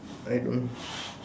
I don't know